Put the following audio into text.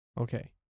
Okay